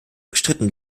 bestritten